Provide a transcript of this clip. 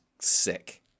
sick